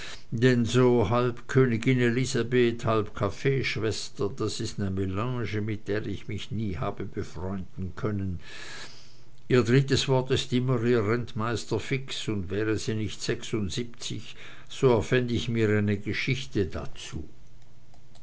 denn so halb königin elisabeth halb kaffeeschwester das is ne melange mit der ich mich nie habe befreunden können ihr drittes wort ist immer ihr rentmeister fix und wäre sie nicht sechsundsiebzig so erfänd ich mir eine geschichte dazu